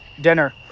dinner